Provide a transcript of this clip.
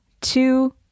two